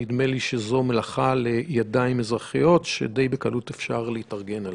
נדמה לי שזאת מלאכה לידיים אזרחיות שדי בקלות אפשר להתארגן אליה.